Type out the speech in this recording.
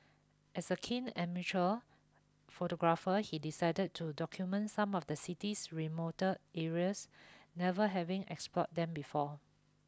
as a keen amateur photographer he decided to document some of the city's remoter areas never having explored them before